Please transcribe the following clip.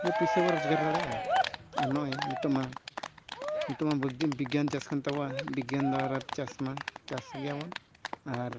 ᱤᱭᱟᱹ ᱯᱚᱭᱥᱟ ᱵᱚᱱ ᱨᱳᱡᱽᱜᱟᱨ ᱫᱟᱲᱮᱭᱟᱜᱼᱟ ᱟᱨ ᱱᱚᱜᱼᱚᱭ ᱱᱤᱛᱳᱜᱢᱟ ᱱᱤᱛᱳᱜᱢᱟ ᱵᱤᱜᱽᱜᱟᱱ ᱪᱟᱥ ᱠᱟᱱ ᱛᱟᱵᱚᱣᱟ ᱵᱤᱜᱽᱜᱟᱱ ᱫᱚᱣᱟᱨᱟ ᱪᱟᱥᱢᱟ ᱪᱟᱥ ᱜᱮᱭᱟ ᱵᱚᱱ ᱟᱨ